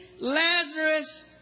Lazarus